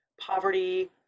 poverty